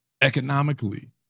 economically